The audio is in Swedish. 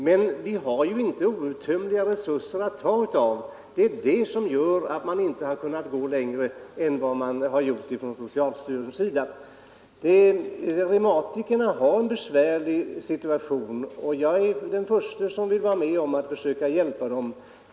Men våra resurser är ju inte outtömliga, och det är detta som gör att socialstyrelsen inte har kunnat gå längre än den gjort. Reumatikerna har en besvärlig situation, och jag är den förste att vilja vara med och hjälpa dem.